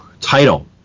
title